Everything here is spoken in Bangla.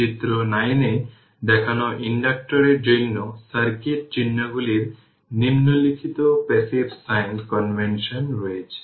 চিত্র 9 এ দেখানো ইন্ডাক্টরের জন্য সার্কিট চিহ্নগুলির নিম্নলিখিত প্যাসিভ সাইন কনভেনশন রয়েছে